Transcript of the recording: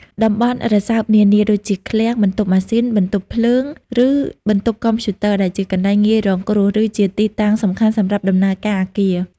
តំបន់រសើបនានា ដូចជា ឃ្លាំង បន្ទប់ម៉ាស៊ីន បន្ទប់ភ្លើង ឬបន្ទប់កុំព្យូទ័រ ដែលជាកន្លែងងាយរងគ្រោះ ឬជាទីតាំងសំខាន់សម្រាប់ដំណើរការអគារ។